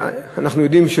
אנחנו יודעים,